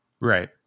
Right